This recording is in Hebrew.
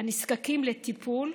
הנזקקים לטיפול,